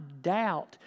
doubt